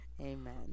Amen